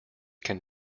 can